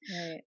Right